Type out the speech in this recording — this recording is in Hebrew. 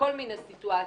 בכל מיני סיטואציות.